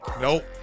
Nope